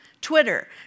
Twitter